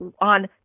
on